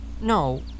No